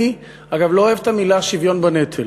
אני אגב לא אוהב את המילה שוויון בנטל,